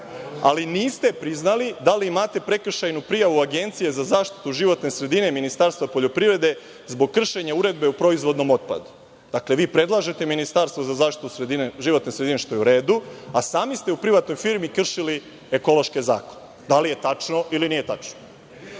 ali niste priznali da li imate prekršajnu prijavu Agencije za zaštitu životne sredine Ministarstva poljoprivrede, zbog kršenja Uredbe o proizvodnom otpadu. Dakle, vi predlažete Ministarstvo za zaštitu životne sredine, što je u redu, a sami ste u privatnoj firmi kršili ekološki zakon. Da li je tačno ili nije tačno? Da